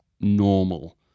normal